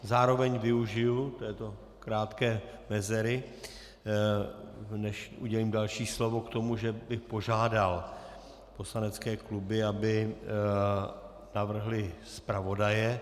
Zároveň využiji této krátké mezery, než udělím další slovo, k tomu, že bych požádal poslanecké kluby, aby navrhly zpravodaje.